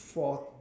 for